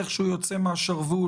איך שהוא יוצא מהשרוול: